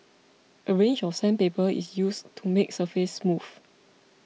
a range of sandpaper is used to make the surface smooth